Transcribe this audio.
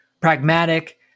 pragmatic